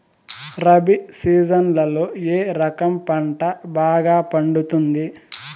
రబి సీజన్లలో ఏ రకం పంట బాగా పండుతుంది